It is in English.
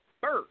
first